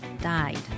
died